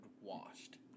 washed